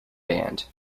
band